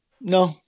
no